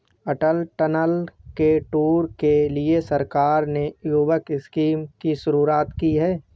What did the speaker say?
अटल tunnel के tour के लिए सरकार ने युवक स्कीम की शुरुआत की है